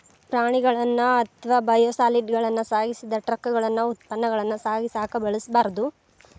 ಪ್ರಾಣಿಗಳನ್ನ ಅಥವಾ ಬಯೋಸಾಲಿಡ್ಗಳನ್ನ ಸಾಗಿಸಿದ ಟ್ರಕಗಳನ್ನ ಉತ್ಪನ್ನಗಳನ್ನ ಸಾಗಿಸಕ ಬಳಸಬಾರ್ದು